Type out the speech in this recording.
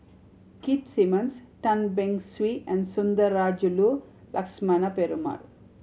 Keith Simmons Tan Beng Swee and Sundarajulu Lakshmana Perumal